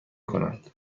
کنند